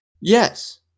Yes